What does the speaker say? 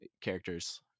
characters